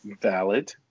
valid